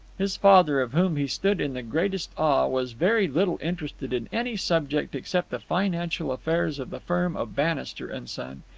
his father, of whom he stood in the greatest awe, was very little interested in any subject except the financial affairs of the firm of bannister and son.